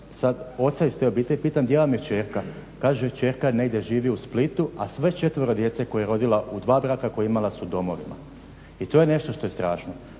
sad oca iz te obitelji, pitam gdje vam je kćerka, kaže kćerka negdje živi u Splitu, a sve četvero djece koje je rodila u 2 braka koje je imala su u domovima. I to je nešto što je strašno.